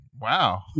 Wow